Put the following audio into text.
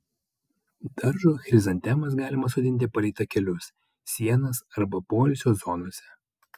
daržo chrizantemas galima sodinti palei takelius sienas arba poilsio zonose